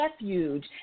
refuge